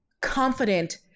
confident